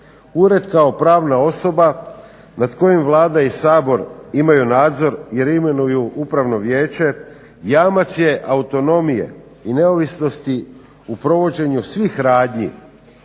ured kao pravna osoba nad kojim Vlada i Sabor imaju nadzor jer imenuju upravno vijeće jamac je autonomije i neovisnosti u provođenju svih radnji